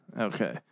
Okay